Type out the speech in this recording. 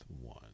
one